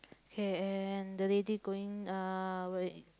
K and the lady going uh where